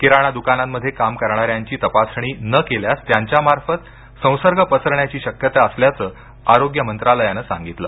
किराणा द्कानांमध्ये काम करणाऱ्यांची तपासणी न केल्यास त्यांच्यामार्फत संसर्ग पसरण्याची शक्यता असल्याचं आरोग्य मंत्रालयानं सांगितलं